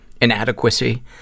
inadequacy